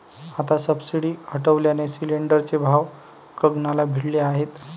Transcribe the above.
आता सबसिडी हटवल्याने सिलिंडरचे भाव गगनाला भिडले आहेत